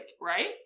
right